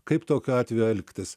kaip tokiu atveju elgtis